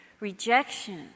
rejection